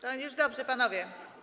No już dobrze, panowie.